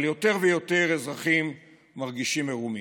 אבל יותר ויותר אזרחים מרגישים מרומים.